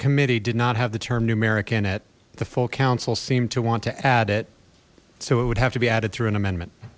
committee did not have the term numeric in it the full council seemed to want to add it so it would have to be added through an amendment